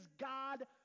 God